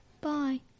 bye